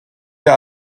der